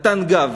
נתן גב.